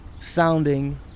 sounding